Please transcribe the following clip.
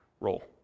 role